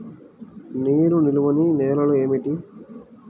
నీరు నిలువని నేలలు ఏమిటి?